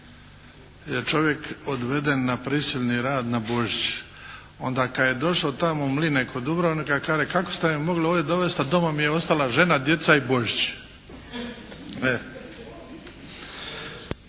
je čovjek odveden na prisilni rad na Božić. Onda kada je došao tamo u Mline kod Dubrovnika kaže: “Kako ste me mogli ovdje dovesti, a doma mi je ostala žena, djeca i Božić!“